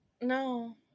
No